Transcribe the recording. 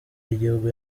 y’igihugu